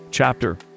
Chapter